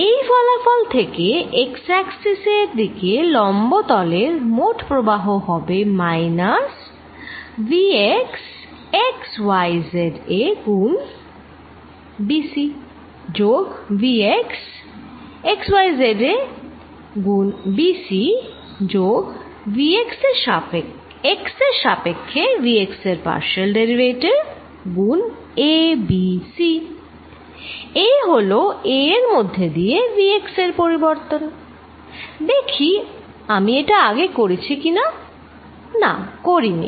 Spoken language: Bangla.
এই ফলাফল থেকে x এক্সিস এর দিকে লম্ব তলের মোট প্রবাহ হবে minus vx x y z এ গুন b c যোগ vx x y z এ গুন b c যোগ x এর সাপেখ্যে vx এর পার্শিয়াল ডেরিভেটিভ গুন a b c এই হলো a এর মধ্যে দিয়ে vx এর পরিবর্তন দেখি আমি এটা আগে করেছি কিনা না করিনি